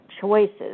choices